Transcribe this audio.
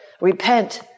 Repent